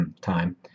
time